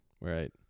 Right